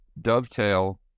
dovetail